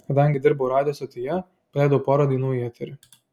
kadangi dirbau radijo stotyje paleidau porą dainų į eterį